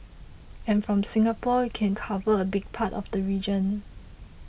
and from Singapore you can cover a big part of the region